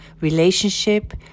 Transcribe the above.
Relationship